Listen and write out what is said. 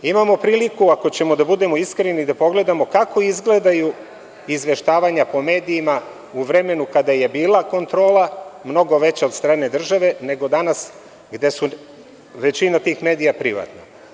Imamo priliku, ako ćemo da budemo iskreni, da pogledamo kako izgledaju izveštavanja po medijima u vremenu kada je bila kontrola mnogo veća od strane države nego danas kada je većina tih medija privatna.